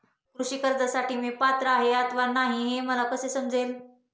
कृषी कर्जासाठी मी पात्र आहे अथवा नाही, हे मला कसे समजेल?